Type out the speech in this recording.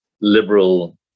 liberal